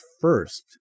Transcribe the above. first